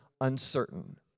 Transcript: uncertain